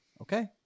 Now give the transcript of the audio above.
Okay